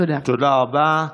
תודה רבה.